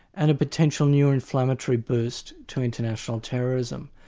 and a potential new inflammatory boost to international terrorism.